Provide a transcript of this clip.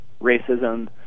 racism